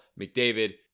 McDavid